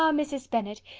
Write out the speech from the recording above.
um mrs. bennet,